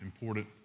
important